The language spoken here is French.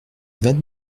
vingt